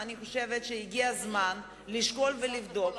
אני חושבת שהגיע הזמן לשקול ולבדוק,